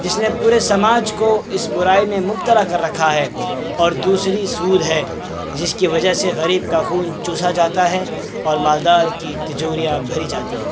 جس نے پورے سماج کو اس برائی میں مبتلا کر رکھا ہے اور دوسری سود ہے جس کی وجہ سے غریب کا خون چوسا جاتا ہے اور مالدار کی تجوریاں بھری جاتی ہیں